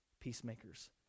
peacemakers